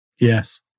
Yes